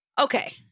Okay